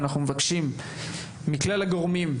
אנחנו מבקשים מכלל הגורמים,